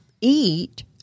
eat